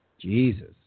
Jesus